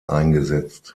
eingesetzt